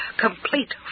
complete